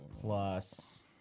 plus